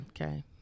Okay